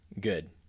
good